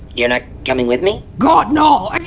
you're not coming with me? god no. er.